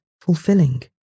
fulfilling